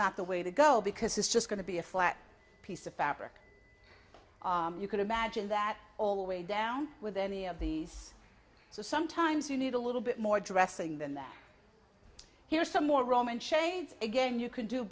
not the way to go because it's just going to be a flat piece of fabric you can imagine that all the way down with any of these so sometimes you need a little bit more dressing than that here's some more roman shades again you can do